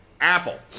Apple